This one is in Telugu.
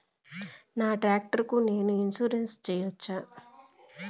నా టాక్టర్ కు నేను ఇన్సూరెన్సు సేయొచ్చా?